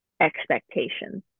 expectations